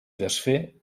desfer